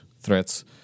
threats